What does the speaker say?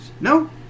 No